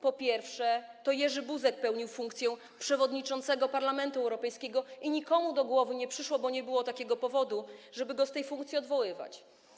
Po pierwsze, to Jerzy Buzek pełnił funkcję przewodniczącego Parlamentu Europejskiego i nikomu nie przyszło do głowy, bo nie było takiego powodu, żeby go z tej funkcji odwoływać.